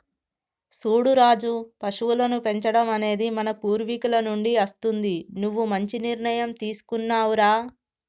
సూడు రాజు పశువులను పెంచడం అనేది మన పూర్వీకుల నుండి అస్తుంది నువ్వు మంచి నిర్ణయం తీసుకున్నావ్ రా